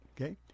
okay